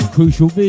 Crucial